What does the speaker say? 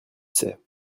sais